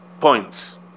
points